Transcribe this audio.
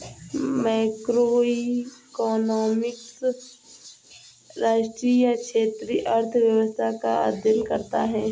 macroeconomics राष्ट्रीय या क्षेत्रीय अर्थव्यवस्था का अध्ययन करता है